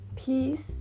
Peace